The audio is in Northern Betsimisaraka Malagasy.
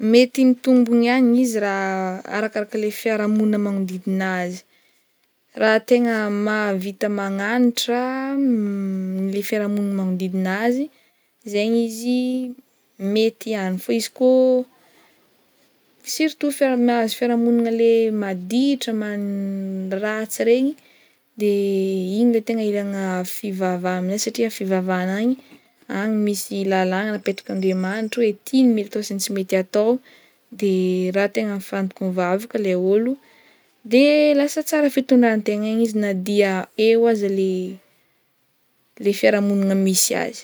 Mety mitombigna ihany izy raha, arakarak'le fiarahamonigna magnodidina azy raha tegna mahavita magnanatra le fiarahamogny magnodidina azy zaigny izy ety ihany fa izy kô surtout fia- mahazo fiarahamonigna le maditra man- dratsy regny de igny le tegna ilaigna fivavaha am'zay satria fivavahana agny, any misy lalàgna napetrak'Andriamanitra hoe me- atao sy tsy mety atao de raha tegna mifantoko mivavaka le olo de lasa tsara fitondran-tegna igny izy na de eo aza le- le fiarahamonigna misy azy.